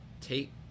take